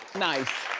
nice.